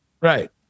Right